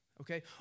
okay